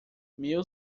meu